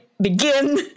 begin